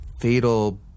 fatal